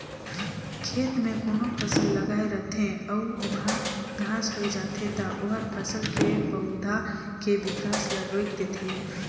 खेत में कोनो फसल लगाए रथे अउ ओमहा घास होय जाथे त ओहर फसल के पउधा के बिकास ल रोयक देथे